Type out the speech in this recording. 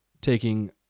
taking